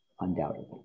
undoubtedly